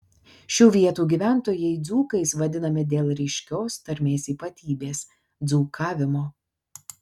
šių vietų gyventojai dzūkais vadinami dėl ryškios tarmės ypatybės dzūkavimo